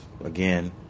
again